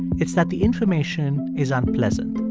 it's that the information is unpleasant.